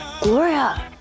Gloria